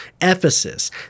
Ephesus